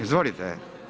Izvolite.